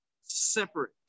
separate